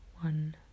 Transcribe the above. one